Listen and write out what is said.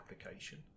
application